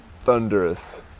thunderous